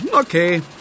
Okay